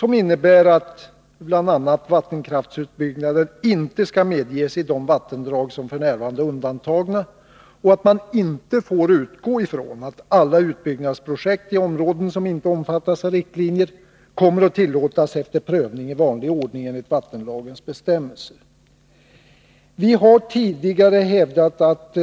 De innebär bl.a. att vattenkraftsutbyggnaden inte skall medges i de vattendrag som f. n. är undantagna och att man inte får utgå ifrån att alla utbyggnadsprojekt i områden som inte omfattas av riktlinjerna kommer att tillåtas efter prövning i vanlig ordning enligt vattenlagens bestämmelser. > Vi har tidigare hävdat att